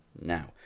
now